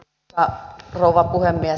arvoisa rouva puhemies